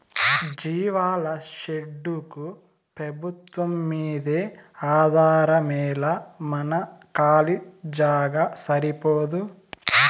జీవాల షెడ్డుకు పెబుత్వంమ్మీదే ఆధారమేలా మన కాలీ జాగా సరిపోదూ